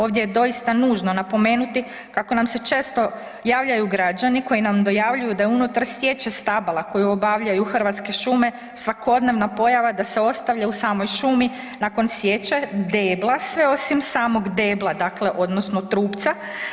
Ovdje je doista nužno napomenuti kako nam se često javljaju građani koji nam dojavljuju da je unutar sječe stabala koje obavljaju Hrvatske šume, svakodnevna pojava da se ostavlja u samoj šumi nakon sječe debla, sve osim samog debla, dakle odnosno trupca.